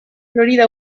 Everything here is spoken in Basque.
florida